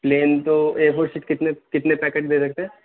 plane تو A four set کتنے کتنے پیکٹ دے دیتے